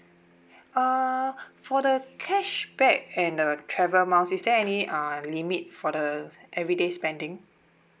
uh for the cashback and the travel miles is there any uh limit for the everyday spending